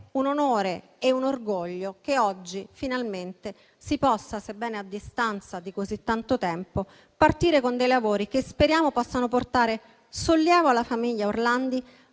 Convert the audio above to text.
un onore e un orgoglio il fatto che oggi finalmente si possa, sebbene a distanza di così tanto tempo, partire con dei lavori che speriamo possano portare sollievo alla famiglia Orlandi,